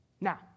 Now